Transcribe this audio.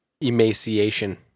emaciation